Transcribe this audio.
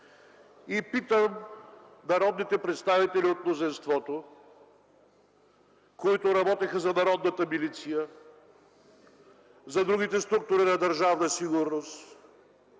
И питам народните представители от мнозинството, които работиха за Народната милиция, за другите структури на Държавна сигурност,